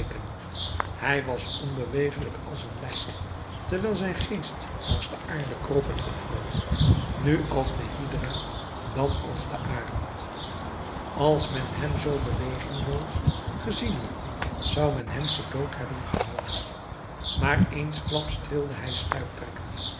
hij was onbewegelijk als een lijk terwijl zijn geest langs de aarde kroop en opvloog nu als de hydra dan als de arend als men hem zoo bewegingloos gezien had zou men hem voor dood hebben gehouden maar eensklaps trilde hij